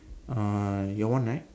uh your one right